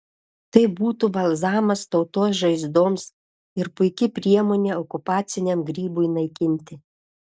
tai būtų balzamas tautos žaizdoms ir puiki priemonė okupaciniam grybui naikinti